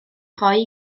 rhoi